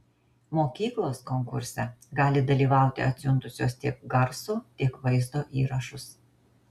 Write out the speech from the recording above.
mokyklos konkurse gali dalyvauti atsiuntusios tiek garso tiek vaizdo įrašus